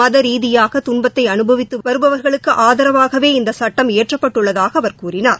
மத ரீதியாக துன்பத்தை அனுபவித்து வருபவா்களுக்கு ஆதரவாகவே இந்த சட்டம் இயற்றப்பட்டுள்ளதாக அவர் கூறினார்